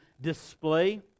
display